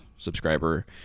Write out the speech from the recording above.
subscriber